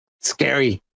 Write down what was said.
scary